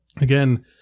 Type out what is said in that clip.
again